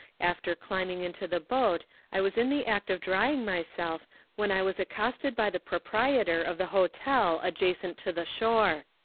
after climbing into the boat i was in the act of drying myself when i was accosted by the proprietor of the hotel adjacent to the shore.